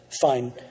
fine